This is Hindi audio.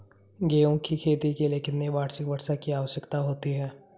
गेहूँ की खेती के लिए कितनी वार्षिक वर्षा की आवश्यकता होती है?